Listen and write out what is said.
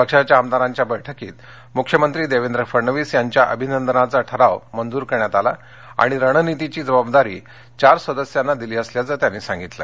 पक्षाच्या आमदारांच्या बैठकीत मुख्यमंत्री देवेंद्र फडणवीस यांच्या अभिनंदनाचा ठराव मंजूर करण्यात आला आणि रणनीतीची जबाबदारी चार सदस्यांना दिली असल्याचं सांगितलं